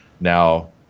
Now